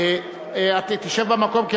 תשב במקום,